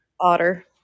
Otter